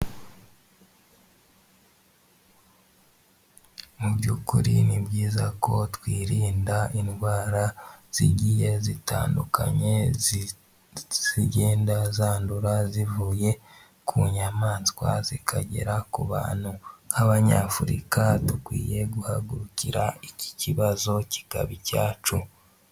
Mu by'ukuri ni byiza ko twirinda indwara zigiye zitandukanye, zigenda zandura zivuye ku nyamaswa zikagera ku bantu, nk'abanyafurika dukwiye guhagurukira iki kibazo kikaba icyacu.